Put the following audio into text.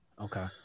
Okay